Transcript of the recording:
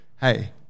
hey